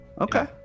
Okay